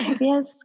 Yes